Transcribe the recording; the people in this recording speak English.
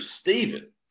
Stephen